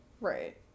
Right